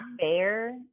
fair